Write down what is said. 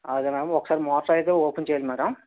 అదే మ్యాడమ్ ఒకసారి మోటర్ అయితే ఓపెన్ చెయ్యాలి మ్యాడమ్